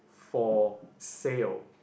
for sale